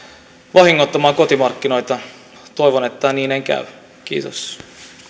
vahingoittamaan kotimarkkinoita toivon että niin ei käy kiitos